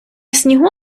снігу